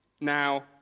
Now